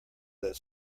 that